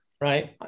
right